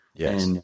Yes